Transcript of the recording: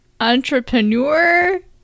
entrepreneur